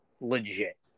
legit